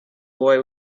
boy